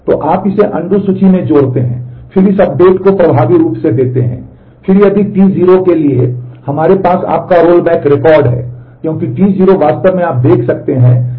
तो आप इसे अनडू हो गया है